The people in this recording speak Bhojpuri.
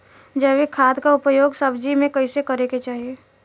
जैविक खाद क उपयोग सब्जी में कैसे करे के चाही?